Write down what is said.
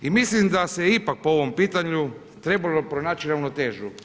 I mislim da se ipak po ovom pitanju trebalo pronaći ravnotežu.